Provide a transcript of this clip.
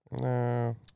No